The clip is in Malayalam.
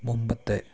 മുമ്പത്തെ